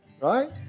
Right